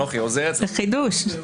זה חידוש.